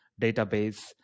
database